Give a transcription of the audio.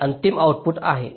हे अंतिम आउटपुट आहे